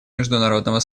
международного